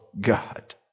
God